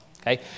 okay